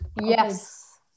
Yes